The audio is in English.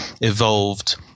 evolved